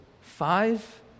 five